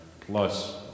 plus